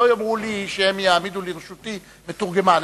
לא יאמרו לי שהם יעמידו לרשותי מתורגמן,